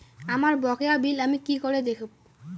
আমার বকেয়া বিল আমি কি করে দেখব?